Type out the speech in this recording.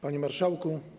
Panie Marszałku!